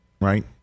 Right